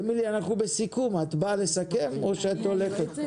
אמילי אנחנו בסיכום, את באה לסכם או שאת הולכת.